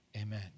Amen